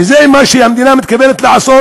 וזה מה שהמדינה מתכוונת לעשות.